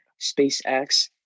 SpaceX